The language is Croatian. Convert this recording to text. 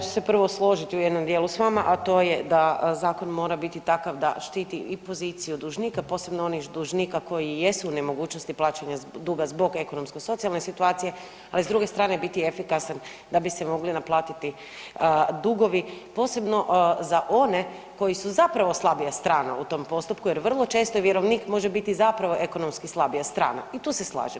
Evo ja ću se prvo složit u jednom dijelu s vama, a to je da zakon mora biti takav da štiti i poziciju dužnika, posebno onih dužnika koji jesu u nemogućnosti plaćanja duga zbog ekonomsko-socijalne situacije, ali s druge strane biti efikasan da bi se mogli naplatiti dugovi, posebno za one koji su zapravo slabija strana u tom postupku jer vrlo često i vjerovnik može biti zapravo ekonomski slabija strana i tu se slažem.